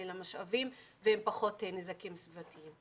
של המשאבים ועם פחות נזקים סביבתיים.